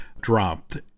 dropped